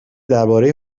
دربارهی